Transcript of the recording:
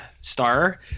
star